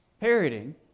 parroting